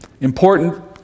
important